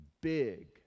Big